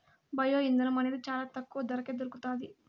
bio ఇంధనం అనేది చానా తక్కువ ధరకే దొరుకుతాది